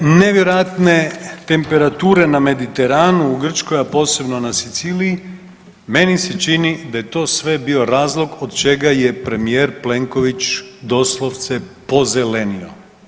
Nevjerojatne temperature na Mediteranu u Grčkoj, a posebno na Siciliji meni se čini da je to sve bio razlog od čega je premijer Plenković doslovce pozelenio.